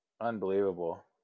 Unbelievable